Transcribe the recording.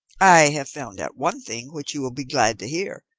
i have found out one thing which you will be glad to hear,